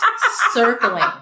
circling